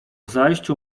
zajściu